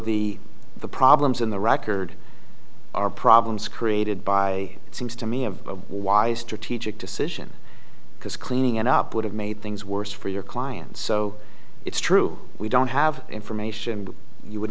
the the problems in the record are problems created by it seems to me a wise strategic decision because cleaning it up would have made things worse for your client so it's true we don't have information that you would